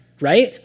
right